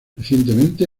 recientemente